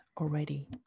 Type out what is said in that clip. already